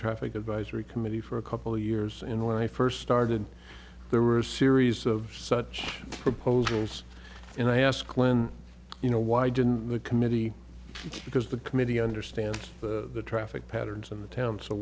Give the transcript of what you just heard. traffic advisory committee for a couple years and when i first started there were a series of such proposals and i ask len you know why didn't the committee because the committee understand the traffic patterns in the town so